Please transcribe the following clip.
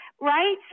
right